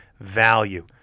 value